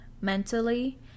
mentally